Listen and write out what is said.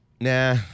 Nah